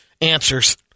answers